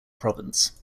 province